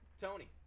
Tony